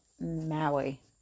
Maui